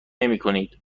نمیکنید